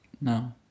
No